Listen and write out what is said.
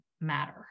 matter